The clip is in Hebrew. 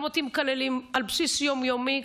גם אותי מקללים על בסיס יום-יומי,